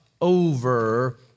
over